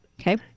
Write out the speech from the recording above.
Okay